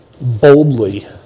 boldly